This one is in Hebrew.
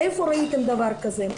איפה ראיתם דבר כזה?